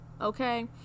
okay